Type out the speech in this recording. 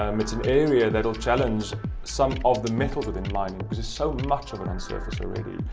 um it's an area that will challenge some of the metals within mining, because there's so much of it on surface already.